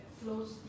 flows